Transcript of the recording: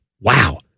wow